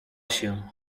się